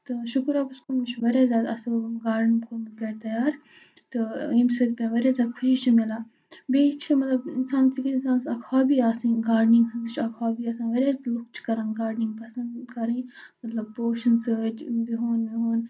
تہٕ شُکُر رۄبَس کُن مےٚ چھِ واریاہ زیادٕ اَصٕل گوٚمُت گاڈَن گوٚمُت گَرِ تیار تہٕ ییٚمہِ سۭتۍ مےٚ واریاہ زیادٕ خوشی چھِ میلان بیٚیہِ چھِ مطلب اِنسانَس یہِ کہِ اِنسانَس گژھِ اَکھ ہابی آسٕنۍ گاڈنِنٛگ ہٕنٛز یہِ چھِ اَکھ ہابی آسان واریاہ لُکھ چھِ کَران گاڈنِنٛگ پَسنٛد کَرٕنۍ مطلب پوشَن سۭتۍ بِہُن وِہُن